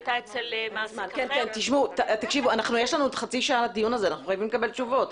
יש לנו לדיון עוד חצי שעה ואנחנו חייבים לקבל תשובות.